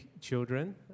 children